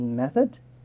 method